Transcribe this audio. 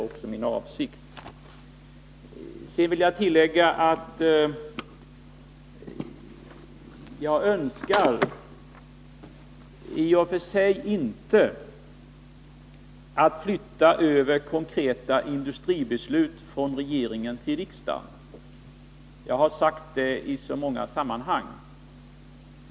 Jag vill tillägga att jag i och för sig inte önskar att flytta över konkreta industribeslut från regeringen till riksdagen. Jag har sagt det i många sammanhang.